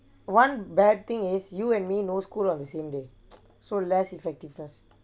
one bad thing is you and me no school on the same day so less effectiveness